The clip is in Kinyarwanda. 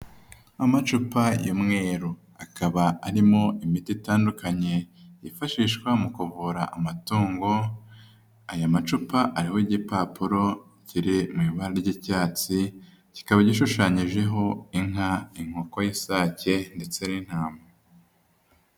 Amacupa y'umweru akaba arimo imiti itandukanye yifashishwa mu kuvura amatungo, aya macupa ariho igipapuro kiri mu ibara ry'icyatsi kikaba gishushanyijeho inka, inkoko y'isake ndetse n'intama.